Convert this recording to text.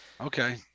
Okay